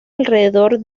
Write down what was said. alrededor